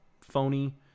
phony